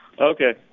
Okay